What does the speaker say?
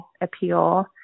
appeal